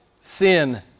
sin